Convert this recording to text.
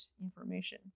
information